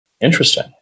Interesting